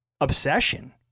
obsession